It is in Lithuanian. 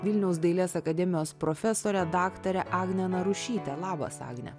vilniaus dailės akademijos profesore daktare agne narušyte labas agne